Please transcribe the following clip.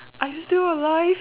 are you still alive